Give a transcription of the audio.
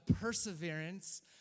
perseverance